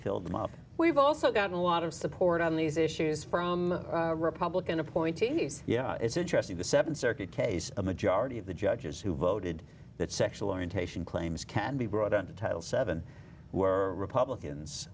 them up we've also gotten a lot of support on these issues from republican appointees yeah it's interesting the seven circuit case a majority of the judges who voted that sexual orientation claims can be brought under title seven were republicans